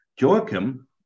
Joachim